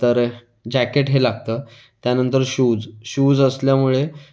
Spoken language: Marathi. तर जॅकेट हे लागतं त्यानंतर शूज शूज असल्यामुळे